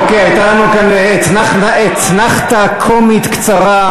אוקיי, הייתה לנו כאן אתנחתא קומית קצרה.